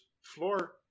floor